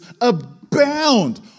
abound